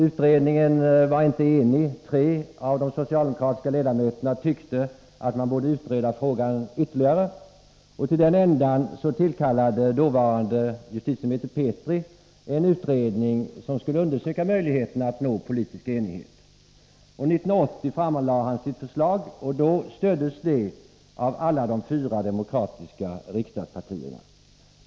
Utredningen var inte enig. Tre av de socialdemokratiska ledamöterna tyckte att man borde utreda frågan ytterligare, och till den ändan tillkallade den dåvarande justitieministern, Petri, en utredning som skulle undersöka möjligheterna att nå politisk enighet. År 1980 framlade han sitt förslag, och då stöddes det av alla de fyra demokratiska riksdagspartierna.